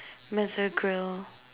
grill